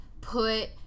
put